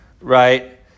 right